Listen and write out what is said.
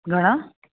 घणा